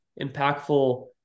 impactful